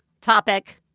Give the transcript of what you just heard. topic